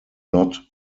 not